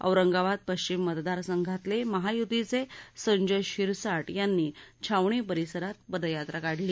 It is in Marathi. औरंगाबाद पश्चिम मतदारसंघातले महायुतीचे संजय शिरसाट यांनी छावणी परिसरात पदयात्रा काढली